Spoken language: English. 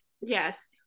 Yes